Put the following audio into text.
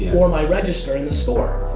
or my register in the store.